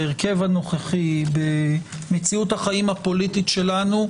בהרכב הנוכחי במציאות החיים הפוליטית שלנו,